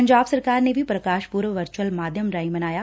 ਪੰਜਾਬ ਸਰਕਾਰ ਨੇ ਵੀ ਪ੍ਰਕਾਸ਼ ਪੁਰਬ ਵਰਚੂਅਲ ਮਾਧਿਅਮ ਰਾਹੀ ਮਨਾਇਆ